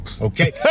Okay